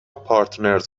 پارتنرز